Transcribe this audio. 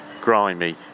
grimy